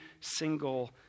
single